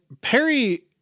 Perry